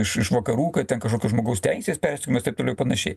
iš vakarų kad ten kažkokios žmogaus teisės persekiojamos taip toliau ir panašiai